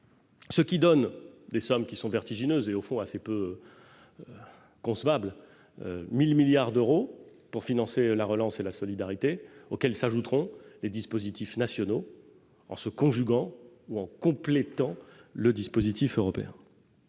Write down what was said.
l'Eurogroupe. Les sommes en jeu sont vertigineuses et, au fond, assez peu concevables : 1 000 milliards d'euros pour financer la relance et la solidarité, auxquels s'ajouteront les dispositifs nationaux, qui se conjugueront ou compléteront le dispositif européen.